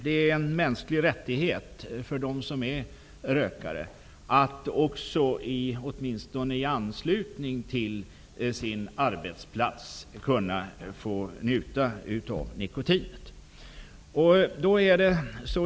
Det är en mänsklig rättighet för dem som är rökare att åtminstone i anslutning till sin arbetsplats kunna få njuta av nikotinet.